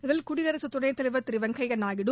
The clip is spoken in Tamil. இதில் குடியரசுத் துணைத்தலைவா் திரு வெங்கையா நாயுடு